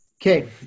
Okay